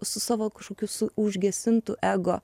su savo kažkokiu su užgesintu ego